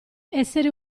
essere